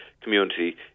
community